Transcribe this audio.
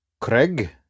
Craig